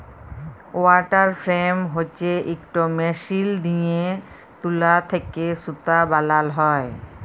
water frame হছে ইকট machine দিঁয়ে তুলা থ্যাকে সুতা বালাল হ্যয়